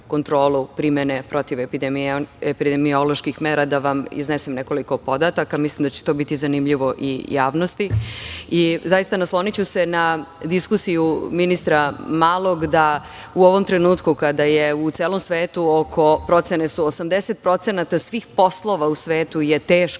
primene protiv epidemioloških mera, da vam iznesem nekoliko podataka. Mislim da će to biti zanimljivo i javnosti. Zaista, nasloniću se na diskusiju ministra Malog, da u ovom trenutku kada je u celom svetu, procene su da je oko 80% svih poslova u svetu teško